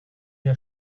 der